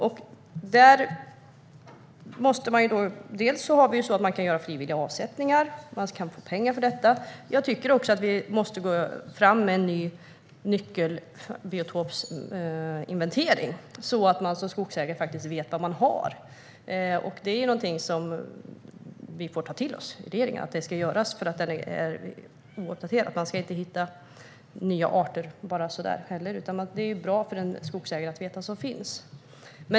Vi har det ju så att man kan göra frivilliga avsättningar och få pengar för detta. Jag tycker också att vi måste gå fram med en ny nyckelbiotopsinventering, så att man som skogsägare faktiskt vet vad man har. Att det ska göras är någonting regeringen får ta till sig. Man ska inte hitta nya arter bara så där heller, utan det är ju bra för en skogs-ägare att veta vad som finns.